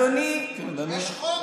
אדוני השר,